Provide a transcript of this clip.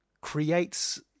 creates